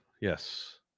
yes